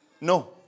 No